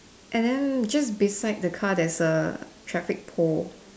and then just beside the car there's a traffic pole